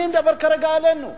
אני מדבר כרגע עלינו.